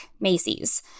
Macy's